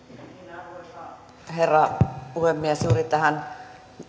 arvoisa herra puhemies juuri tähän